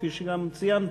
כפי שכבר ציינת,